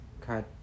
cut